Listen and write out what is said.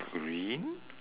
green